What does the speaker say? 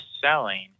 selling